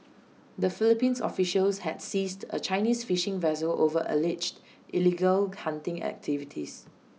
the Philippines officials had seized A Chinese fishing vessel over alleged illegal hunting activities